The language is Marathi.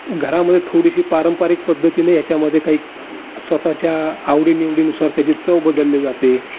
घरामध्ये थोडीशी पारंपरिक पद्धतीने ह्याच्यामध्ये काही स्वतःच्या आवडीनिवडीनुसार त्याची चव बदलली जाते